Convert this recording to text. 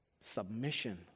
submission